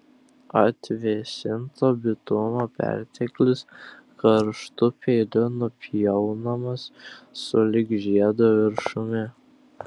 atvėsinto bitumo perteklius karštu peiliu nupjaunamas sulig žiedo viršumi